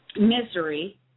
misery